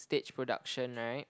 stage production right